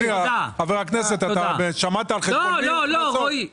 חבר הכנסת, על חשבון מי?